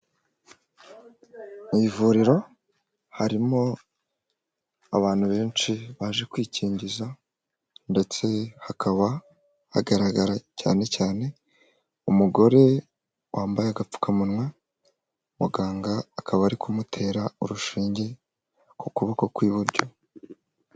Mu ivuriro harimo abantu benshi baje kwikingiza ndetse hakaba hagaragara cyane cyane umugore wambaye agapfukamunwa, muganga akaba ari kumutera urushinge ku kuboko kw'iburyo.